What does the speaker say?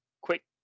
quick